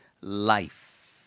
life